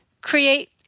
create